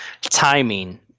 timing